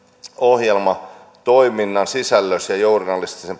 ohjelmatoiminnan sisältöä ja journalistista